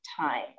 time